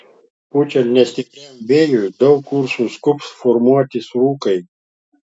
pučiant nestipriam vėjui daug kur suskubs formuotis rūkai